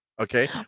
okay